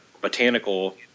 botanical